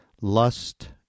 Lust